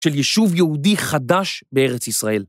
של יישוב יהודי חדש בארץ ישראל.